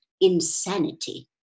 insanity